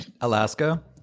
alaska